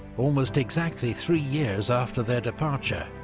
almost exactly three years after their departure,